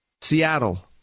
Seattle